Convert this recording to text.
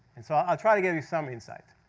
and so i'll try to give you some insight.